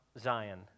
Zion